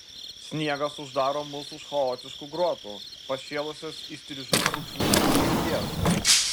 sniegas uždaro mus už chaotiškų grotų pašėlusios įstrižų brūkšnių sumaišties